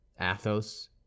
Athos